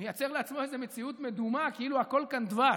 מייצר לעצמו איזו מציאות מדומה כאילו הכול כאן דבש.